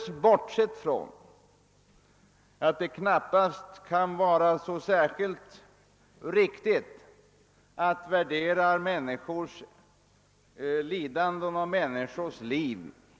Jag bortser därvid ingalunda från att det knap past kan vara riktigt att i pengar värdera människors lidanden och människors liv.